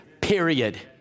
Period